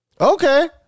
Okay